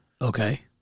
Okay